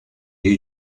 you